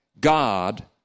God